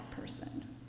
person